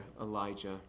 Elijah